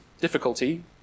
difficulty